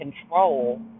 control